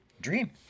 dream